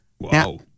Wow